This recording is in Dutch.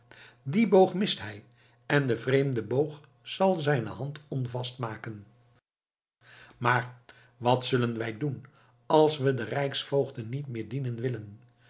dien boog mist hij en de vreemde boog zal zijne hand onvast maken maar wat zullen wij doen als we de rijksvoogden niet meer dienen willen